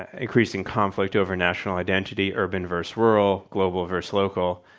increasing conflict over national identity. urban versus rural. global versus local.